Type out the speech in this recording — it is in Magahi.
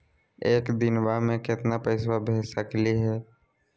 एक दिनवा मे केतना पैसवा भेज सकली हे?